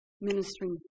ministering